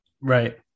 Right